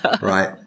right